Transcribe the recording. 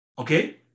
Okay